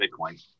Bitcoin